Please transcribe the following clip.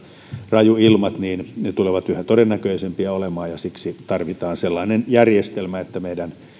rajuilmat tulevat olemaan yhä todennäköisempiä ja siksi tarvitaan sellainen järjestelmä että